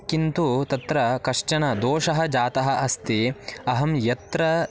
किन्तु तत्र कश्चन दोषः जातः अस्ति अहं यत्र